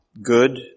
good